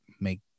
make